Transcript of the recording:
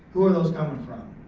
who are those coming from?